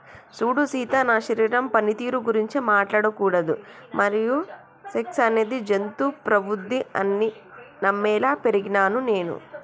సూడు సీత నా శరీరం పనితీరు గురించి మాట్లాడకూడదు మరియు సెక్స్ అనేది జంతు ప్రవుద్ది అని నమ్మేలా పెరిగినాను నేను